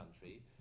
country